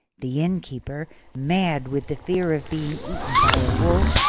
the innkeeper, mad with the fear of being eaten by a wolf,